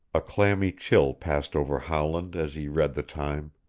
a clammy chill passed over howland as he read the time.